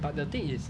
but the thing is